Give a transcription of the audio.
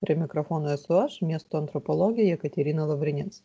prie mikrofono esu aš miesto antropologė jekaterina lavrinec